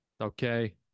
Okay